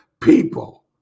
people